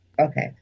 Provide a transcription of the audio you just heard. okay